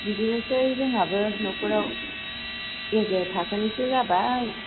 बिदिनोसै जोंहाबो नखराव गेजेर थाखोनिसो जाबाय